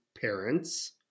parents